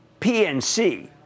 PNC